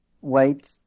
wait